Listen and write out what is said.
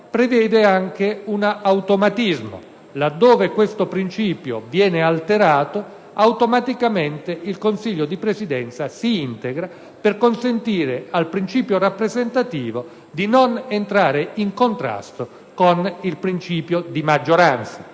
prevede anche un automatismo: laddove questo rapporto viene alterato, automaticamente il Consiglio di Presidenza si integra per consentire al principio rappresentativo di non entrare in contrasto con il principio di maggioranza;